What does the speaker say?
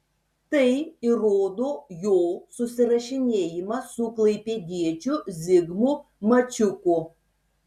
tai įrodo jo susirašinėjimas su klaipėdiečiu zigmu mačiuku